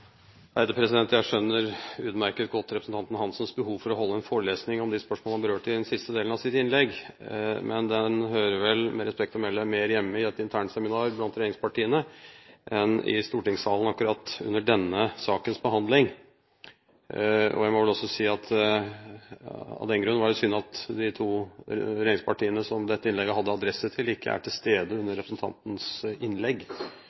Jeg skjønner utmerket godt representanten Hansens behov for å holde en forelesning om de spørsmål han berørte i siste delen av sitt innlegg, men den hører vel, med respekt å melde, mer hjemme i et internseminar blant regjeringspartiene enn i stortingssalen akkurat under denne sakens behandling. Av den grunn var det synd at de to regjeringspartiene som dette innlegget hadde adresse til, ikke var til stede under representantens innlegg.